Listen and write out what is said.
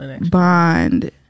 bond